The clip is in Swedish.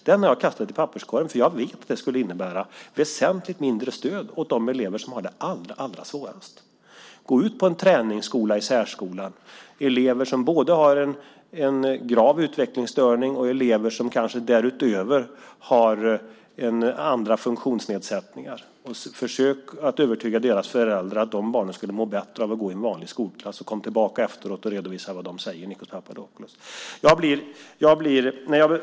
Det har jag kastat i papperskorgen, för jag vet att det skulle innebära väsentligt mindre stöd åt de elever som har det allra svårast. Gå till en träningsskola, en särskola! Där finns elever som har en grav utvecklingsstörning och elever som kanske därutöver har andra funktionsnedsättningar. Försök att övertyga deras föräldrar om att de barnen skulle må bättre av att gå i en vanlig skolklass och kom tillbaka efteråt och redovisa vad de har sagt, Nikos Papadopoulos!